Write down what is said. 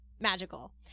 magical